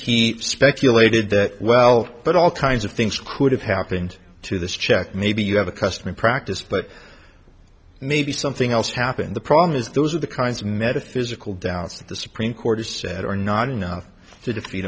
he speculated that well but all kinds of things could have happened to this check maybe you have a custom in practice but maybe something else happened the problem is those are the kinds of metaphysical doubts that the supreme court has said or not enough to defeat